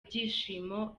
ibyishimo